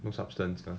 no substance